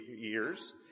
years